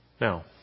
Now